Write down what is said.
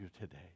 today